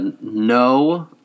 no